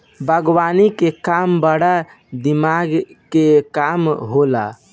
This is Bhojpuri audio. बागवानी के काम बड़ा दिमाग के काम होला